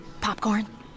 Popcorn